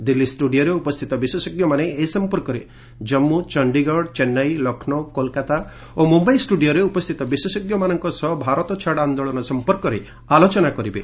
ଦିଲ୍ଲୀ ଷ୍ଟୁଡିଓରେ ଉପସ୍ଥିତ ବିଶେଷଜ୍ଞମାନେ ଏ ସମ୍ପର୍କରେ ଜନ୍ମୁ ଚଣ୍ଡୀଗଡ଼ ଚେନ୍ସାଇ ଲକ୍ଷ୍ମୌ କୋଲ୍କାତା ଓ ମୁମ୍ବାଇ ଷ୍ଟୁଡିଓରେ ଉପସ୍ଥିତ ବିଶେଷଜ୍ଞମାନଙ୍କ ସହ ଭାରତ ଛାଡ଼ ଆନ୍ଦୋଳନ ସମ୍ପର୍କରେ ଆଲୋଚନା କରିବେ